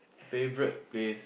favourite place